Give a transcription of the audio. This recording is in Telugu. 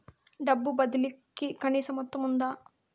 డబ్బు బదిలీ కి కనీస మొత్తం ఉందా?